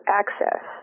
access